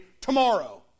tomorrow